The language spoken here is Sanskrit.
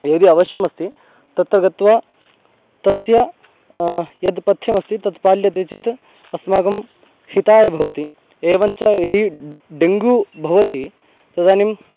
यदि अवश्यमस्ति तत्र गत्वा तस्य यद् पथ्यमस्ति तत् पाल्यते चेत् अस्माकं हिताय भवति एवञ्च यदि डेङ्ग्यू भवति तदानीं